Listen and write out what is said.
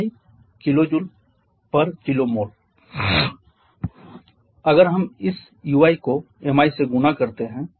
Mi 🡪 kgkmol अगर हम इस ui को mi से गुणा करते हैं